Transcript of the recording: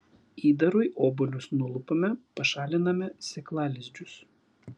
įdarui obuolius nulupame pašaliname sėklalizdžius